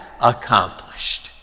accomplished